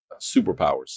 superpowers